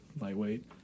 Lightweight